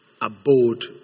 abode